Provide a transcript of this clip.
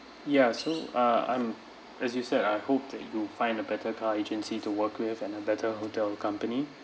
ya so uh I'm as you said I hope that you'll find a better car agency to work with and a better hotel company